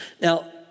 Now